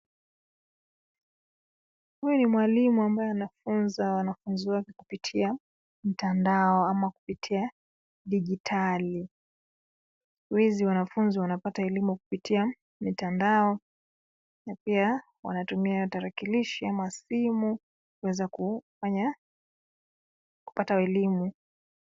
Huyu ni mwalimu ambaye anafunza wanafunzi wake kupitia mtandao ama kupitia digitali. Wengi wa wanafunzi wanapata elimu kupitia mtandao na pia wanatumia tarakilishi, masimu kuweza kupata elimu.